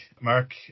Mark